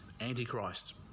antichrist